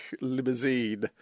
limousine